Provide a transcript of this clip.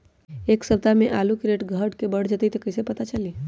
एक सप्ताह मे आलू के रेट घट ये बढ़ जतई त कईसे पता चली?